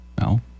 no